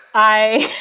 i,